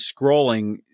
scrolling